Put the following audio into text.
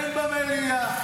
אין במליאה.